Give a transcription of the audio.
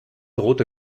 rote